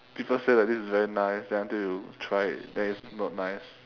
people say that this is very nice then until you try it then it's not nice